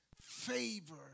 favor